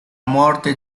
morte